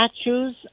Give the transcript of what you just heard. statues